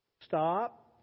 Stop